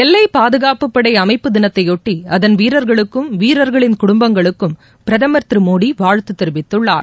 எல்லைப் பாதுகாப்புப்படை அமைப்பு தினத்தையொட்டி அதன் வீரர்களுக்கும் வீரர்களின் குடும்பங்களுக்கும் பிரதமர் திரு மோடி வாழ்த்து தெரிவித்துள்ளார்